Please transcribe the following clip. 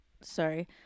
sorry